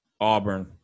Auburn